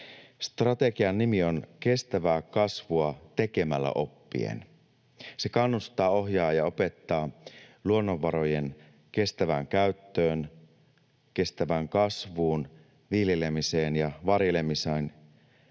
Strategian nimi on Kestävää kasvua tekemällä oppien. Se kannustaa, ohjaa ja opettaa luonnonvarojen kestävään käyttöön, kestävään kasvuun, viljelemiseen ja varjelemiseen